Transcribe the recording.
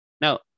Now